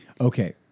Okay